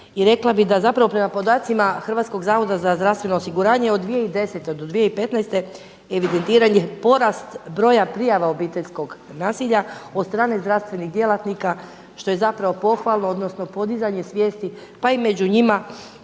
i rekla bi da zapravo prema podacima Hrvatskog zavoda za zdravstveno osiguranje od 2010. do 2015. evidentiran je porast broja prijava obiteljskog nasilja od strane zdravstvenih djelatnika što je zapravo pohvalno odnosno podizanje svijesti pa i među njima